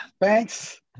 Thanks